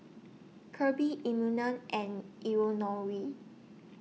Kirby Immanuel and Eleonore